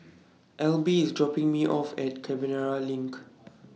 Elby IS dropping Me off At Canberra LINK